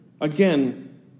Again